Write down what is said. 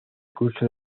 curso